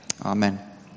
Amen